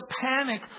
panic